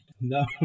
No